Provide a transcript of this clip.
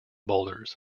boulders